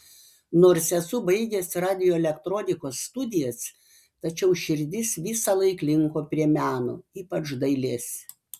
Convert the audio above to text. nors esu baigęs radioelektronikos studijas tačiau širdis visąlaik linko prie meno ypač dailės